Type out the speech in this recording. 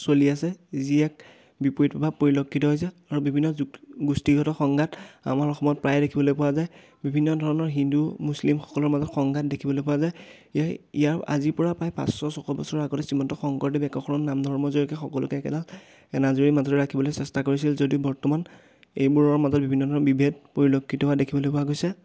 চলি আছে যি এক বিপৰীত প্ৰভাৱ পৰিলক্ষিত হৈছে আৰু বিভিন্ন যুক্ত গোষ্ঠীগত সংঘাত আমাৰ অসমত প্ৰায়ে দেখিবলৈ পোৱা যায় বিভিন্ন ধৰণৰ হিন্দু মুছলিমসকলৰ মাজত সংঘাত দেখিবলৈ পোৱা যায় ইয়াৰ আজিৰ পৰা প্ৰায় পাঁচশ ছশ বছৰ আগতে শ্ৰীমন্ত শংকৰদেৱ একশৰণ নাম ধৰ্মৰ জৰিয়তে সকলোকে একেডাল এনাজৰীৰ মাজতে ৰাখিবলৈ চেষ্টা কৰিছিল যদিও বৰ্তমান এইবোৰৰ মাজত বিভিন্ন ধৰণৰ বিভেদ পৰিলক্ষিত হোৱা দেখিবলৈ পোৱা গৈছে